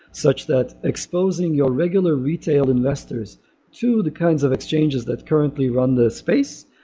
such that exposing your regular retail investors to the kinds of exchanges that currently run the space,